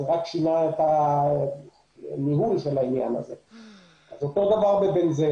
אותו דבר ב-בנזן.